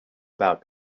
about